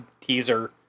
teaser